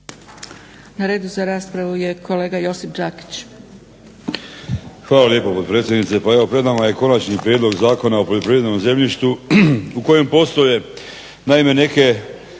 Na redu za raspravu je kolega Josip Đakić.